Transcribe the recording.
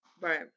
Right